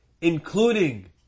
including